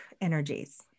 energies